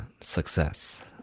success